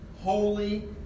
holy